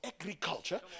agriculture